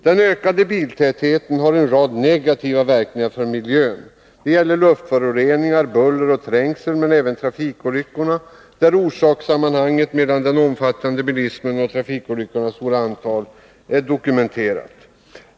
Den ökade biltätheten har en rad negativa verkningar för miljön. Det gäller luftföroreningar, buller och trängsel men även trafikolyckorna, där orsakssammanhanget mellan den omfattande bilismen och trafikolyckornas stora antal är dokumenterat.